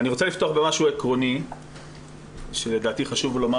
אני רוצה לפתוח במשהו עקרוני שלדעתי חשוב לומר